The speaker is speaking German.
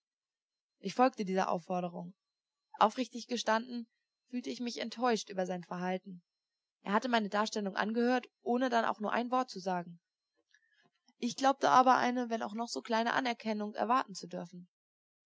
ich folgte dieser aufforderung aufrichtig gestanden fühlte ich mich enttäuscht über sein verhalten er hatte meine darstellung angehört ohne dann auch nur ein wort zu sagen ich glaubte aber eine wenn auch noch so kleine anerkennung erwarten zu dürfen